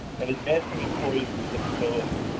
and advancing employees with disabilities.